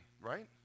right